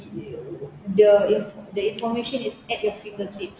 the the information is at your fingertips